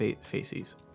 faces